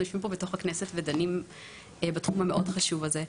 יושבים כאן בתוך הכנסת ודנים בנושא המאוד חשוב הזה.